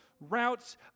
routes